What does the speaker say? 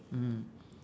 mm